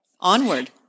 onward